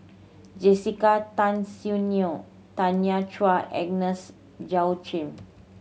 Jessica Tan Soon Neo Tanya Chua Agnes Joaquim